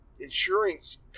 insurance